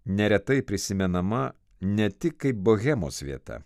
neretai prisimenama ne tik kaip bohemos vieta